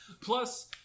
Plus